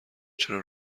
چرا